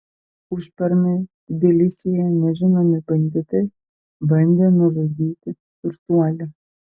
užpernai tbilisyje nežinomi banditai bandė nužudyti turtuolį